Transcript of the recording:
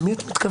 למי את מתכוונת?